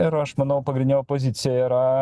ir aš manau pagrindinė opozicija yra